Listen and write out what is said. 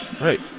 Right